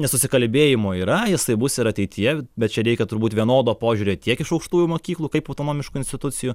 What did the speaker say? nesusikalbėjimo yra jisai bus ir ateityje bet čia reikia turbūt vienodo požiūrio tiek iš aukštųjų mokyklų kaip autonomiškų institucijų